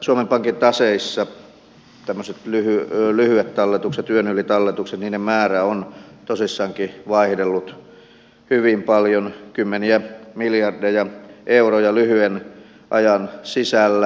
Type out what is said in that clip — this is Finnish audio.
suomen pankin taseissa tämmöisten lyhyiden talletusten yön yli talletusten määrä on tosissaankin vaihdellut hyvin paljon kymmeniä miljardeja euroja lyhyen ajan sisällä